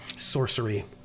sorcery